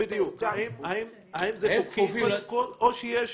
האם זה חוקי או שיש